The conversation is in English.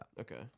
Okay